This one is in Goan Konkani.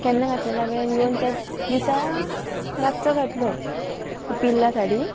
केन्ना घातलेले हांवेन येववन त्या दिसा रातचो घातलो पिल्ला साडी